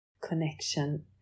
connection